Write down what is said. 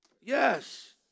Yes